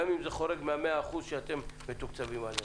אם זה חורג מה-100 אחוזים שאתם מתוקצבים עליהם.